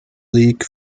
league